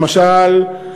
למשל,